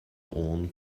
own